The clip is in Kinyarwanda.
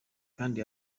kandi